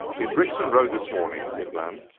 in brixton road, this morning, it ran,